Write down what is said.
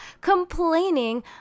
complaining